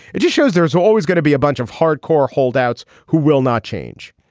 it just shows there's always gonna be a bunch of hardcore holdouts who will not change